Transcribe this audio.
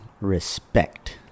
Respect